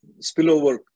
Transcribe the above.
spillover